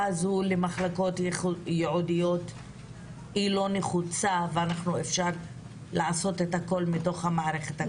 הזו למחלקות ייעודיות לא נחוצה ואפשר לעשות את הכול מתוך המערכת הקיימת?